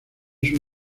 sus